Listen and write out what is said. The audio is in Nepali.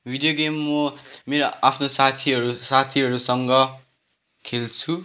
भिडियो गेम म मेरो आफ्नो साथीहरू साथीहरूसँग खेल्छु